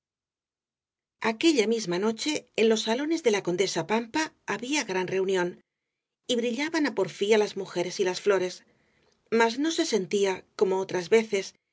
aquella misma noche en los salones de la condesa pampa había gran reunión y brillaban á porfía las mujeres y las flores mas no se sentía como otras veces